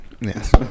Yes